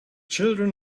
children